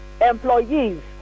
employees